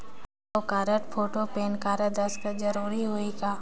हव card, photo, PAN card, दस्खत जरूरी होही का?